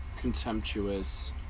contemptuous